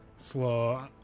Slow